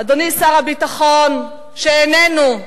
אדוני שר הביטחון, שאיננו: